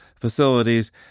facilities